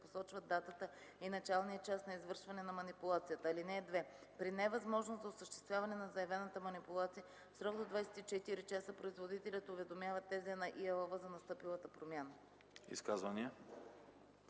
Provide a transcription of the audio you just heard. посочват датата и началния час на извършване на манипулацията. (2) При невъзможност за осъществяване на заявената манипулация, в срок до 24 часа производителят уведомява ТЗ на ИАЛВ за настъпилата промяна.”